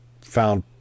found